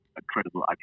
incredible